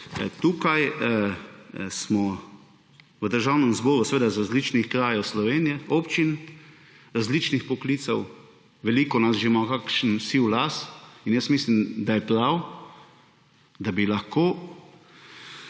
Glejte, v Državnem zboru smo iz različnih krajev Slovenije, občin, različnih poklicev, veliko nas ima že kakšen siv las. Mislim, da je prav, da bi lahko